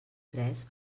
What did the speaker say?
tres